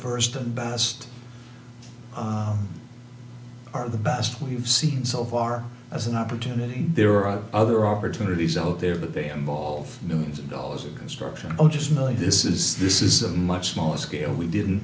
first and best are the best we've seen so far as an opportunity there are other opportunities out there but they involve millions of dollars of construction just really this is this is a much smaller scale we didn't